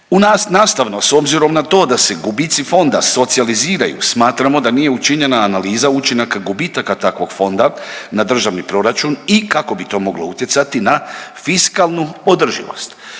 Nastavno, s obzirom na to da se gubici fonda socijaliziraju, smatramo da nije učinjena analiza učinaka gubitaka takvog fonda, na državni proračun i kako bi to moglo utjecati na fiskalnu održivost.